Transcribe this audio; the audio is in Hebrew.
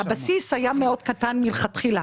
הבסיס של התקציב היה מאוד קטן מלכתחילה.